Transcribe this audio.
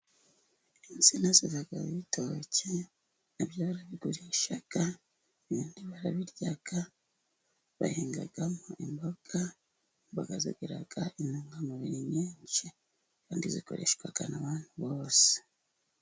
Insina zivaho ibitoki barabigurisha ibindi barabirya bahingamo imboga, imboga zigira intungamubiri nyinshi kandi zikoreshwa n'abantu bose.